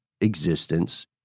existence